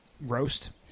roast